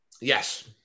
Yes